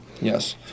Yes